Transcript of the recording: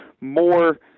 more